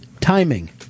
timing